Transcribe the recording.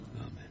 Amen